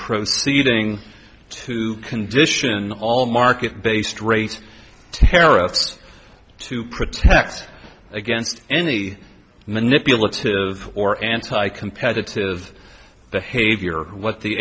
proceeding to condition all market based rates tariffs to protect against any manipulative or anti competitive behavior what the